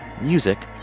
music